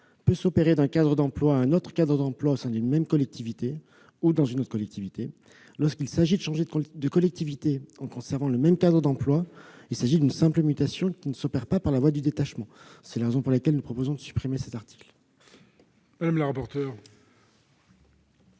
peut s'opérer d'un cadre d'emploi à un autre au sein d'une même collectivité, ou dans une autre collectivité. Lorsque le fonctionnaire change de collectivité en conservant le même cadre d'emploi, il s'agit d'une simple mutation, qui ne s'opère pas par la voie du détachement. C'est la raison pour laquelle nous proposons de supprimer cet article. Quel est